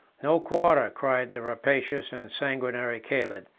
no quarter, cried the rapacious and sanguinary caled,